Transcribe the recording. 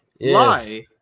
Lie